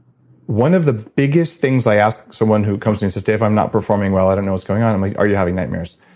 one of the biggest things i ask someone who comes to me and says, dave, i'm not performing well. i don't know what's going on. i'm like, are you having nightmares?